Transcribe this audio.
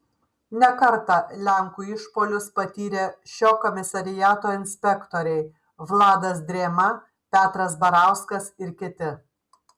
ne kartą lenkų išpuolius patyrė šio komisariato inspektoriai vladas drėma petras barauskas ir kiti